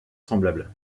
semblables